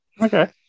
Okay